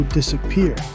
disappear